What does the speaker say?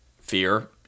Fear